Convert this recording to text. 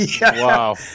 Wow